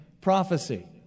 prophecy